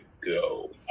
go